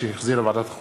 שהחזירה ועדת החוקה,